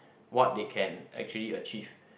what they can actually achieve